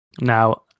now